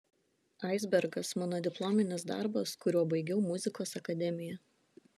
aisbergas mano diplominis darbas kuriuo baigiau muzikos akademiją